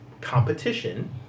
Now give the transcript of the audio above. competition